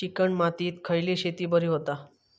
Chicken मातीत खयली शेती बरी होता?